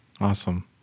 awesome